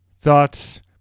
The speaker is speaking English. thoughts